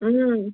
হুম